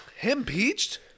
Impeached